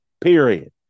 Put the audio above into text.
period